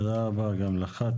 תודה רבה גם לך.